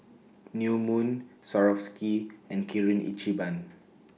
New Moon Swarovski and Kirin Ichiban